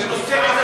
שמולי, אל תדבר.